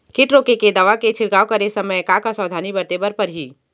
किट रोके के दवा के छिड़काव करे समय, का का सावधानी बरते बर परही?